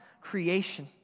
creation